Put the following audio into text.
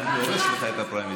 אני הורס לך את הפריימריז.